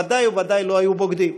ודאי וודאי לא היו בוגדים.